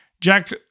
Jack